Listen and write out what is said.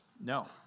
No